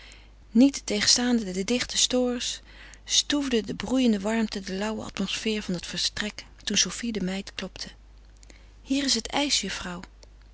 niettegenstaande de dichte stores stoofde de broeiende warmte de lauwe atmosfeer van het vertrek toen sofie de meid klopte hier is het ijs